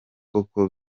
koko